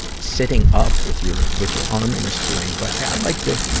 sitting up with your, with your arm in a sling. but, i, i like to,